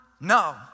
No